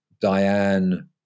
diane